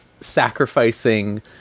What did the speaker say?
sacrificing